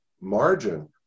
margin